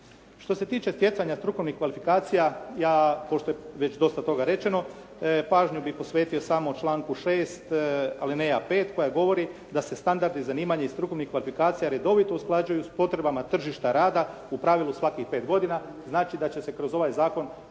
Što se tiče stjecanja strukovnih kvalifikacija, ja pošto je već dosta toga rečeno pažnju bih posvetio samo članku 6., alineja 5. koja govori da se standardi zanimanja iz strukovnih kvalifikacija redovito usklađuju s potrebama tržišta rada u pravilu svakih 5 godina, znači da će se kroz ovaj zakon